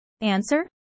Answer